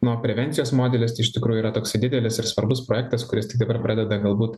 nu o prevencijos modelis iš tikrųjų yra toksai didelis ir svarbus projektas kuris tik dabar pradeda galbūt